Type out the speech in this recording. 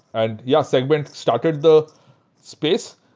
and yeah, segmented started the space,